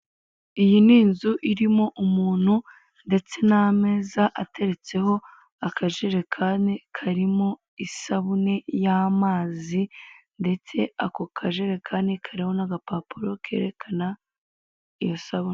Iyi ni ni inzu irimo umuntu ndetse n'ameza ateretseho nakajerekani karimo isabune y'amazi ndetse ako kajerekani kariho n'agapapuro kerekana iyo sabune.